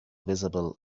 visible